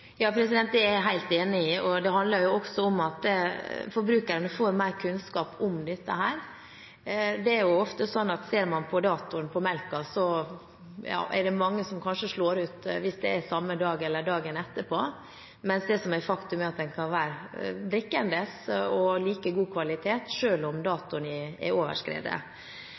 jeg helt enig i, og det handler jo også om at forbrukerne får mer kunnskap om dette. Det er jo ofte slik at mange kanskje slår ut melken hvis man ser på datoen at melken går ut på dato samme dag eller dagen etter, mens det som er et faktum, er at den kan drikkes og være av like god kvalitet selv om datoen er overskredet. Da